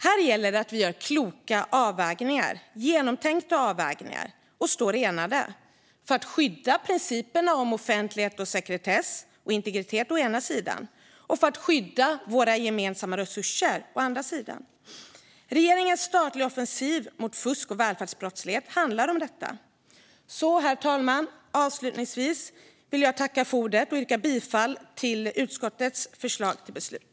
Här gäller det att vi gör kloka och genomtänkta avvägningar och står enade för att skydda principerna kring offentlighet, sekretess och integritet å ena sidan och för att skydda våra gemensamma resurser å andra sidan. Regeringens statliga offensiv mot fusk och välfärdsbrottslighet handlar om detta. Herr talman! Avslutningsvis vill jag tacka för ordet och yrka bifall till utskottets förslag till beslut.